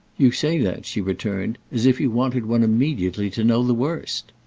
you say that, she returned, as if you wanted one immediately to know the worst.